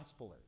gospelers